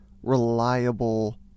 reliable